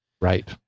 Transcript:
Right